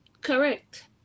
correct